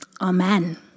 Amen